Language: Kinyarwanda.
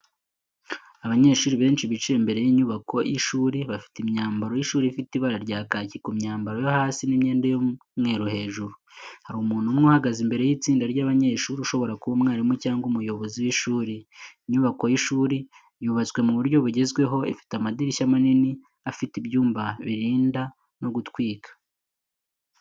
Abanyeshuri benshi bicaye imbere y’inyubako y’ishuri, bafite imyambaro y’ishuri ifite ibara rya kaki ku myambaro yo hasi n’imyenda y’umweru hejuru. Hari umuntu umwe uhagaze imbere y’itsinda ry’abanyeshuri ushobora kuba umwarimu cyangwa umuyobozi w’ishuri. Inyubako y’ishuri yubatswe mu buryo bugezweho ifite amadirishya manini afite ibyuma birinda no gutwika.